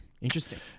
Interesting